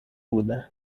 بودم